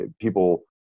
people